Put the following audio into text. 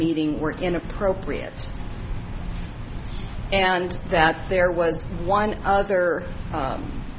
meeting were inappropriate and that there was one other